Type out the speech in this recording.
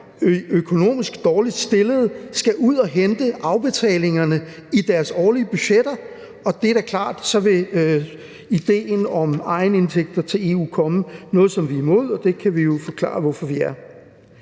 økonomisk dårligt stillede, skal ud at hente afbetalingerne i deres årlige budgetter, og det er da klart, at så vil idéen om egenindtægter til EU komme. Det er noget, som vi er imod, og det kan vi jo forklare hvorfor vi er.